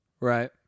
Right